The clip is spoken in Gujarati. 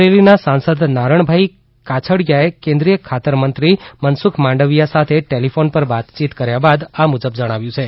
અમરેલીના સાંસદ નારણભાઈ કાછડીયાએ કેન્દ્રીય ખાતર મંત્રી મનસુખ માંડવીયા સાથે ટેલિફોન પર વાતચીત કર્યા બાદ આ મુજબ જણાવ્યું છે